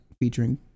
featuring